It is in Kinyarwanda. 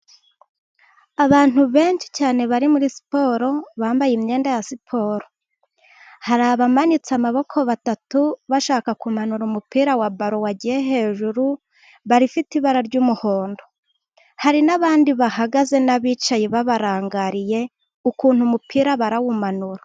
Abantu benshi cyane bari muri siporo bambaye imyenda ya siporo, hari abamanitse amaboko batatu bashaka kumanura umupira wa ballot wagiye hejuru ifite ibara ry'umuhondo. Hari n'abandi bahagaze n'abicaye babarangariye ukuntu umupira barawumanura.